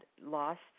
lost